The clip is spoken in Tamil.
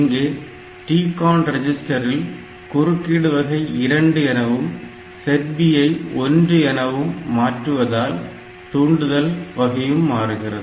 இங்கே TCON ரெஜிஸ்டரில் குறுக்கீடு வகை 2 எனவும் set B ஐ 1 என்ன மாற்றுவதால் தூண்டுதல் வகையும் மாறுகிறது